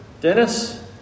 Dennis